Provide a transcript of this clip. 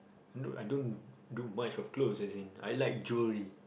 look I don't do much of clothes as in I like jewellery